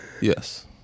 yes